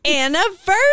anniversary